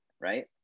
right